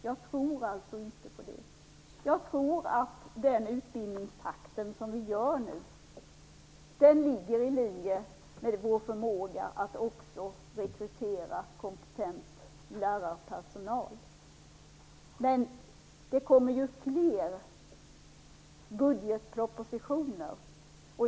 Jag tror inte på det. Jag tror att den takt vi nu håller när det gäller utbildningen ligger i linje med vår förmåga att också rekrytera kompetent lärarpersonal. Det kommer ju fler budgetpropositioner.